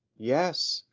yes,